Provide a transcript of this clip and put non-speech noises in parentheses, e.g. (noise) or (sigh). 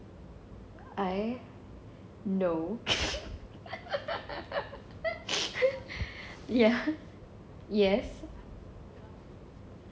right no (laughs) ya yes